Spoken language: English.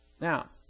Now